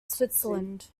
switzerland